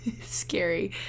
scary